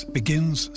begins